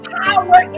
power